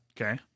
Okay